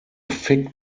fig